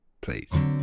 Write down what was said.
please